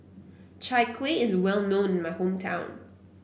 Chai Kuih is well known in my hometown